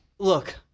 Look